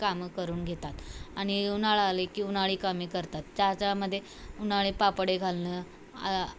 कामं करून घेतात आणि उन्हाळा आले की उन्हाळी कामीे करतात त्याच्यामध्ये उन्हाळी पापडे घालणं